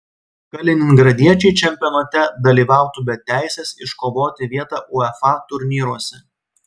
kaliningradiečiai čempionate dalyvautų be teisės iškovoti vietą uefa turnyruose